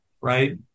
right